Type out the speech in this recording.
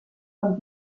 von